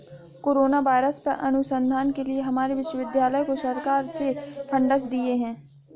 corona virus पर अनुसंधान के लिए हमारे विश्वविद्यालय को सरकार ने फंडस दिए हैं